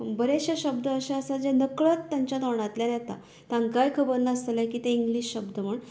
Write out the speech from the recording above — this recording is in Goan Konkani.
बरेंच शें शब्द अशें आसा जे नकळत तांच्या तोंडातल्यान येता तांकांय खबर नास्तले की तें इंग्लीश शब्द म्हूण